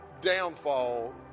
downfall